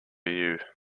you